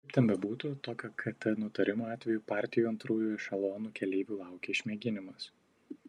kaip ten bebūtų tokio kt nutarimo atveju partijų antrųjų ešelonų keleivių laukia išmėginimas